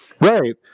right